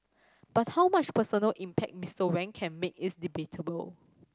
but how much personal impact Mister Wang can make is debatable